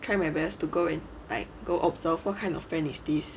try my best to go and like go observe what kind of friend is this